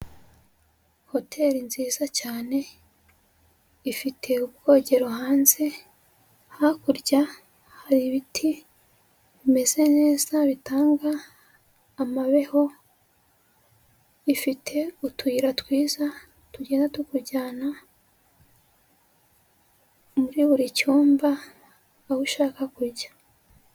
Hoteli nziza cyane, ifite ubwogero hanze, hakurya hari ibiti bimeze neza, bitanga amabeho, ifite utuyira twiza, tugenda tukujyana muri buri cyumba, aho ushaka kujya.